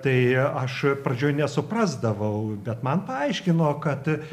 tai aš pradžioj nesuprasdavau bet man paaiškino kad